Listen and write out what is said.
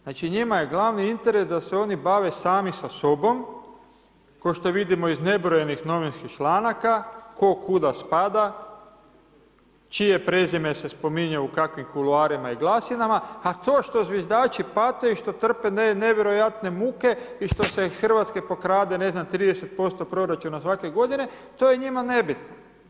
Znači, njima je glavni interes da se oni bave sami sa sobom, kao što vidimo iz nebrojenih novinskih članaka tko kuda spada, čije prezime se spominje u kakvim kuloarima i glasinama, a to što zviždači pate i što trpe nevjerojatne muke i što se iz Hrvatske pokrade, ne znam, 30% proračuna svake godine, to je njima nebitno.